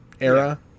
era